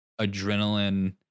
adrenaline